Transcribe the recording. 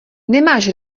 nemáš